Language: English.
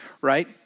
right